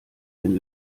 den